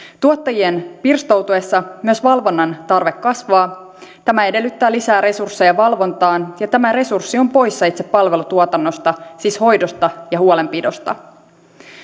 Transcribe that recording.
tuottajien pirstoutuessa myös valvonnan tarve kasvaa tämä edellyttää lisää resursseja valvontaan ja tämä resurssi on pois itse palvelutuotannosta siis hoidosta ja huolenpidosta